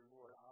Lord